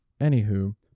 Anywho